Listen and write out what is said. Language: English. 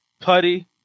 Putty